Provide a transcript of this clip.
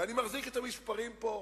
ואני מחזיק את המספרים פה,